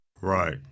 Right